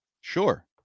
Sure